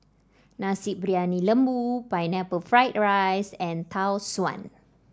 Nasi Briyani Lembu Pineapple Fried Rice and Tau Suan